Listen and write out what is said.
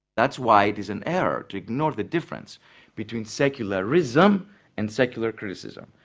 that's why it is an error to ignore the difference between secularism and secular criticism,